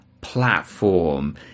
platform